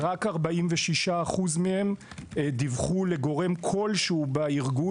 רק 46% מהם דיווחו לגורם כלשהו בארגון.